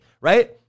right